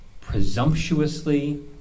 presumptuously